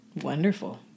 Wonderful